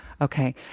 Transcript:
Okay